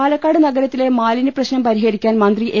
പാലക്കാട് നഗരത്തിലെ മാലിനൃപ്ര്യശനം പരിഹരിക്കാൻ മന്ത്രി എ